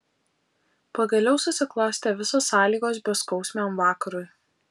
pagaliau susiklostė visos sąlygos beskausmiam vakarui